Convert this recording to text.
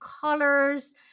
colors